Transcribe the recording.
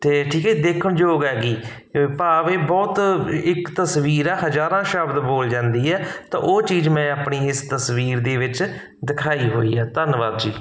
ਅਤੇ ਠੀਕ ਹੈ ਦੇਖਣ ਯੋਗ ਹੈਗੀ ਭਾਵ ਇਹ ਬਹੁਤ ਇੱਕ ਤਸਵੀਰ ਆ ਹਜ਼ਾਰਾਂ ਸ਼ਬਦ ਬੋਲ ਜਾਂਦੀ ਹੈ ਤਾਂ ਉਹ ਚੀਜ਼ ਮੈਂ ਆਪਣੀ ਇਸ ਤਸਵੀਰ ਦੇ ਵਿੱਚ ਦਿਖਾਈ ਹੋਈ ਹੈ ਧੰਨਵਾਦ ਜੀ